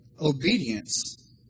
obedience